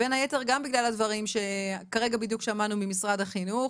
בין היתר גם בגלל הדברים שבדיוק שמענו ממשרד החינוך,